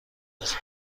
است